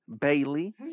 Bailey